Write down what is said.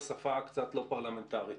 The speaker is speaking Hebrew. בשפה קצת לא פרלמנטרית.